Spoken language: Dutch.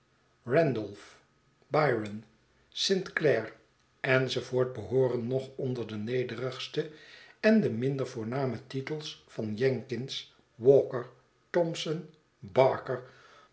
byron st clair enz behooren nog onder de nederigste en de minder voorname titels van jenkins walker thomson barker